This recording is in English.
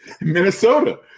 Minnesota